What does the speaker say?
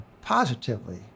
positively